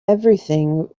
everything